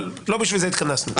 אבל לא בשביל זה התכנסנו.